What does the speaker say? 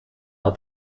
had